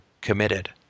committed